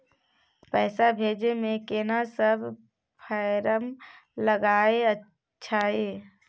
पैसा भेजै मे केना सब फारम लागय अएछ?